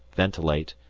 ventilate,